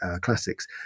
classics